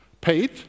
Paid